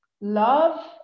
love